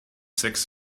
six